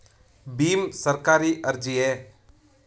ಭೀಮ್ ಸರ್ಕಾರಿ ಅರ್ಜಿಯೇ?